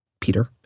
Peter